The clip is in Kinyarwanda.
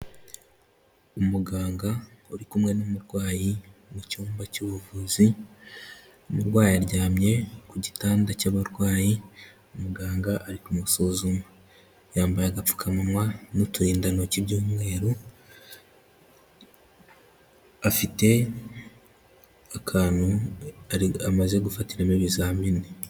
Umuganga uri kumwe n'umurwayi mu cyumba cy'ubuvuzi, umurwayi aryamye ku gitanda cy'abarwayi umuganga ari kumusuzuma, yambaye agapfukawa n'uturindantoki by'umweru, afite akantu amaze gufatiramo ibizamini.